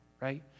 right